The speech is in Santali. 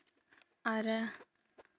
ᱟᱨ